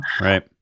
Right